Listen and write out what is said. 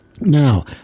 Now